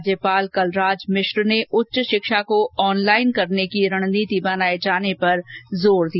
राज्यपाल कलराज मिश्र ने उच्च शिक्षा को ऑनलाइन करने की रणनीति बनाए जाने पर जोर दिया